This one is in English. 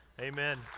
Amen